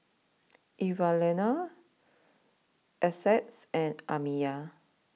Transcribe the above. Evalena Essex and Amiya